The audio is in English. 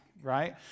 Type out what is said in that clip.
Right